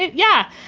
yeah.